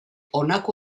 honako